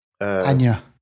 Anya